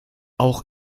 auch